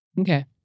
Okay